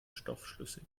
stoffschlüssig